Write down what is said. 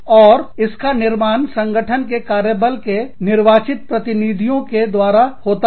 और इसका निर्माण संगठन के कार्यबल के निर्वाचित प्रतिनिधियों के द्वारा होता है